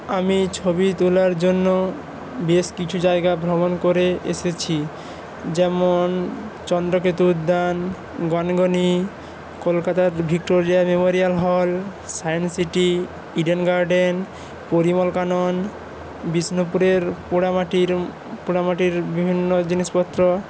আমি ছবি তোলার জন্য বেশ কিছু জায়গা ভ্রমণ করে এসেছি যেমন চন্দ্রকেতু উদ্যান গনগনি কলকাতার Victoria Memorial Hall Science City Eden Garden Parimal Kanan বিষ্ণপুরের পোড়া মাটির পোড়া মাটির বিভিন্ন জিনিসপত্র